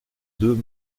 deux